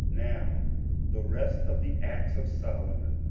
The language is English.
now the rest of the acts of solomon,